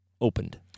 opened